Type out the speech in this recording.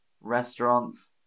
restaurants